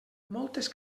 moltes